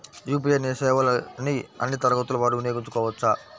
UPI సేవలని అన్నీ తరగతుల వారు వినయోగించుకోవచ్చా?